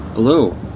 Hello